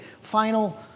final